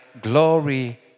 glory